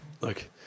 look